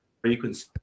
frequency